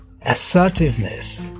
Assertiveness